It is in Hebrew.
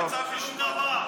לא יצא מזה שום דבר.